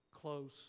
close